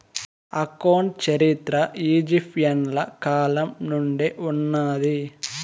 account చరిత్ర ఈజిప్షియన్ల కాలం నుండే ఉన్నాది